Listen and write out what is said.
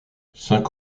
cinq